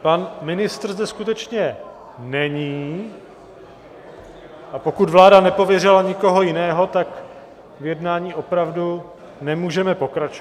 Pan ministr zde skutečně není, a pokud vláda nepověřila nikoho jiného, tak v jednání opravdu nemůžeme pokračovat.